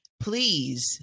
please